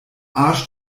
arsch